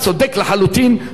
אצלך מביאים הביתה.